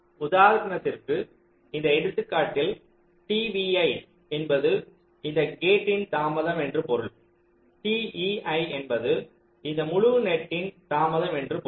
உதாரணதிற்க்கு இந்த எடுத்துக்காட்டில் t vi என்பது இந்த கேட்டின் தாமதம் என்று பொருள் t ei என்பது இந்த முழு நெட்டின் தாமதம் என்று பொருள்